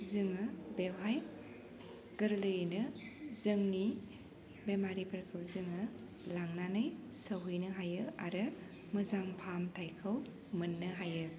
जोङो बेवहाय गोरलैयैनो जोंनि बेमारिफोरखौ जोङो लांनानै सौहैनो हायो आरो मोजां फाहामथाइखौ मोन्नो हायो